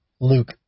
Luke